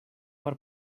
per